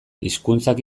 hizkuntzak